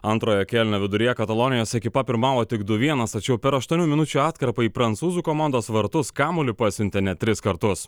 antrojo kėlinio viduryje katalonijos ekipa pirmavo tik du vienas tačiau per aštuonių minučių atkarpą į prancūzų komandos vartus kamuolį pasiuntė net tris kartus